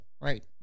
right